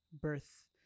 birth